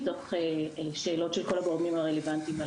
תוך שאלות של כל הגורמים הרלוונטיים אליי.